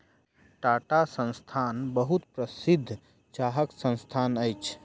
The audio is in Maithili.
टाटा संस्थान बहुत प्रसिद्ध चाहक संस्थान अछि